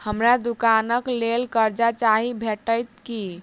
हमरा दुकानक लेल कर्जा चाहि भेटइत की?